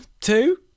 Two